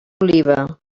oliva